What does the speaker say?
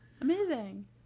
Amazing